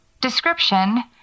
description